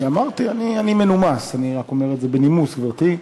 אני אומר את זה בנימוס, גברתי.